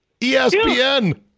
ESPN